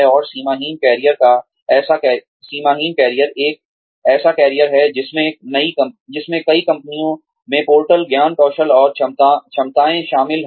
और सीमाहीन करियर एक ऐसा करियर है जिसमें कई कंपनियों में पोर्टेबल ज्ञान कौशल और क्षमताएं शामिल हैं